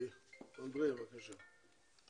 אנדרי, בבקשה.